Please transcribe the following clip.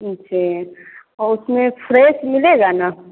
जी और उसमें फ्रेस मिलेगा न